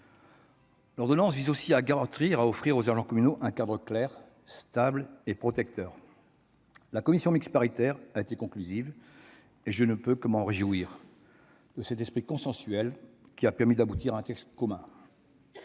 L'ordonnance vise ainsi à offrir aux agents communaux un cadre juridique clair, stable et protecteur. La commission mixte paritaire a été conclusive ; je ne peux que me réjouir de cet esprit consensuel qui a permis d'aboutir à un texte commun.